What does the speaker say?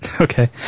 okay